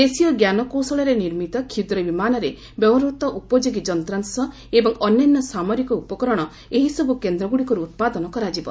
ଦେଶୀୟ ଜ୍ଞାନକୌଶଳରେ ନିର୍ମିତ କ୍ଷୁଦ୍ର ବିମାନରେ ବ୍ୟବହୃତ ଉପଯୋଗୀ ଯନ୍ତ୍ରାଂଶ ଏବଂ ଅନ୍ୟାନ୍ୟ ସାମରିକ ଉପକରଣ ଏହିସବୁ କେନ୍ଦ୍ରଗୁଡ଼ିକରୁ ଉତ୍ପାଦନ କରାଯିବ